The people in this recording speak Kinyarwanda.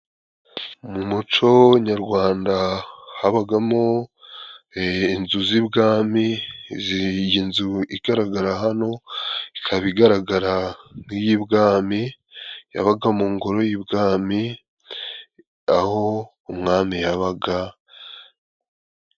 Mu muco nyayarwanda habagamo inzu z'ibwami ,iyi nzu igaragara hano ikaba igaragara nk'iy'ibwami, yabaga mu ngoro y'ibwami aho umwami yabaga.